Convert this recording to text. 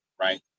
right